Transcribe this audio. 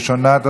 ראשונת הדוברים,